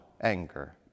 anger